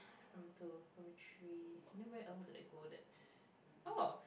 primary two primary three then where else did I go that's oh